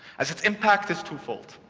as its impact is twofold.